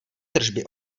tržby